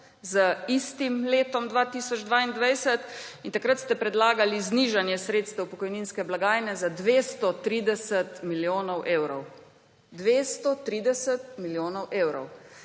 z istim letom, 2022, in takrat ste predlagali znižanje sredstev pokojninske blagajne za 230 milijonov evrov. 230 milijonov evrov.